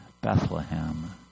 Bethlehem